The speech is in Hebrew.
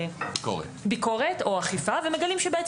ומגלים שבעצם הוא לא קיים את אותה פעילות,